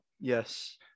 yes